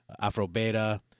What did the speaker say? Afro-Beta